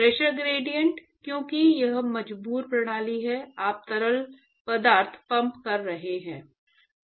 pressure gradient क्योंकि यह मजबूर प्रणाली है आप तरल पदार्थ पंप कर रहे हैं